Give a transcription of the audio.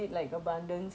uh uh uh